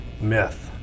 myth